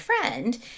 friend